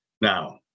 Now